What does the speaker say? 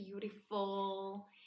beautiful